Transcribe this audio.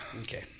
Okay